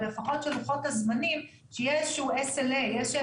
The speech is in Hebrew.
אבל לפחות שלוחות הזמנים שיהיה איזשהו SLA איזה שהם לוחות זמנים.